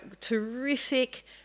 terrific